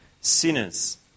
sinners